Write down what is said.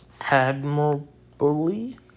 admirably